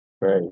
Right